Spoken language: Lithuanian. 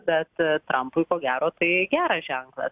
bet trampui ko gero tai geras ženklas